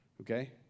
okay